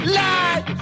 lie